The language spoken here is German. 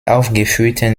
aufgeführten